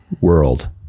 world